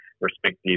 respective